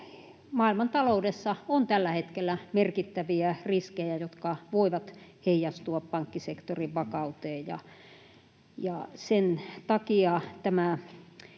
maailmantaloudessa on tällä hetkellä merkittäviä riskejä, jotka voivat heijastua pankkisektorin vakauteen, ja sen takia tämä